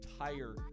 entire